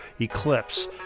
eclipse